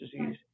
disease